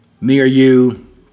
me-or-you